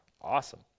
awesome